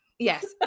Yes